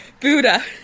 Buddha